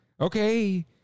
okay